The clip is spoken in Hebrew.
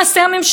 זו לא דמוקרטיה.